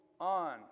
on